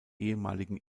ehemaligen